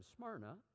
Smyrna